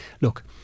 look